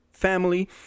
family